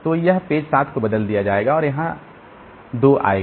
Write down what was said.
तो यह पेज 7 को बदल दिया जाएगा और 2 यहां आएगा